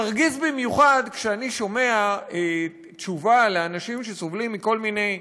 מרגיז במיוחד כשאני שומע תשובה לאנשים שסובלים מכל מיני מחלות,